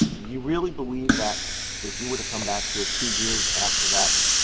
you really believe that if you were to come back here two years after that,